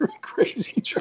crazy